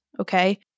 Okay